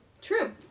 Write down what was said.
True